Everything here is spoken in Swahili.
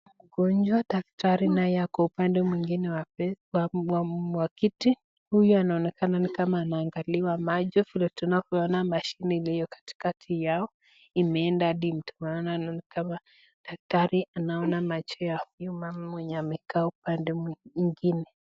Mgonjwa, daktari naye ako upande mwingine wa wa kiti. Huyu anaonekana ni kama anaangaliwa macho. Vile tunavyoona mashine iliyo katikati yao, imeenda hadi mtu maana ni kama daktari anaona macho ya huyu mama amekaa upande mwingine.